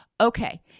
okay